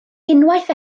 unwaith